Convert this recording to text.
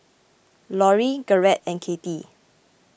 Lorri Garret and Katie